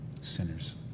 Sinners